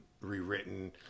rewritten